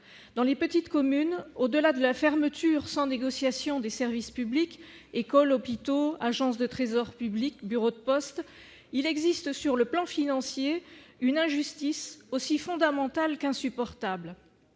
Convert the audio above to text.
Dans les petites communes, au-delà de la fermeture sans négociation des services publics- écoles, hôpitaux, agences du trésor public, bureaux de poste, etc. -, il existe sur le plan financier une injustice aussi fondamentale qu'insupportable